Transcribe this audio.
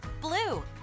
blue